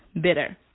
bitter